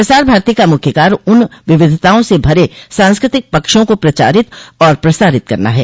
प्रसार भारती का मुख्य कार्य उन विविधताओं से भरे सांस्कृतिक पक्षों को प्रचारित तथा प्रसारित करना है